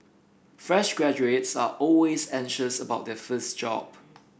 fresh graduates are always anxious about their first job